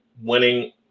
winning